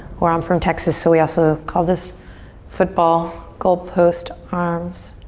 where i'm from, texas, so we also call this football goal post arms.